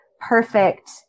perfect